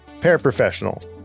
paraprofessional